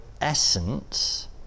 essence